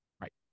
Right